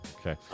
Okay